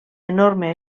enorme